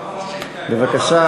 אמר כושים.